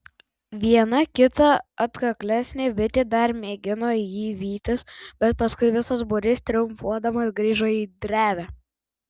viena kita atkaklesnė bitė dar mėgino jį vytis bet paskui visas būrys triumfuodamas grįžo į drevę